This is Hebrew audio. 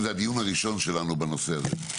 זה הדיון הראשון שלנו בנושא הזה.